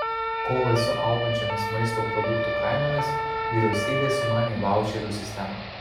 kovai su augančiomis maisto produktų kainomis vyriausybė sumanė vaučerių sistemą